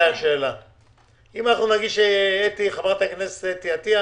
אם חברת הכנסת עטייה